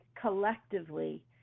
collectively